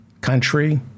country